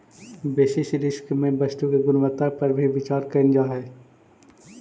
basis risk में वस्तु के गुणवत्ता पर भी विचार कईल जा हई